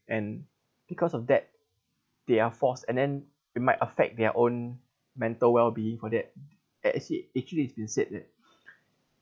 and because of that they are forced and then it might affect their own mental wellbeing for that as it actually it's been said that